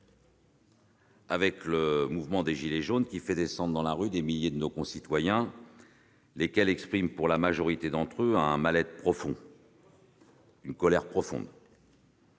avec le mouvement des « gilets jaunes » qui fait descendre dans la rue des milliers de nos concitoyens, lesquels expriment, pour la majorité d'entre eux, un mal-être profond, une colère profonde.